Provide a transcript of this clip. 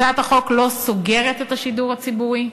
הצעת החוק לא סוגרת את השידור הציבורי.